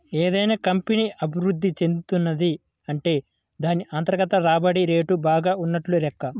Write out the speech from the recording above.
ఏదైనా కంపెనీ అభిరుద్ధి చెందుతున్నది అంటే దాన్ని అంతర్గత రాబడి రేటు బాగా ఉన్నట్లు లెక్క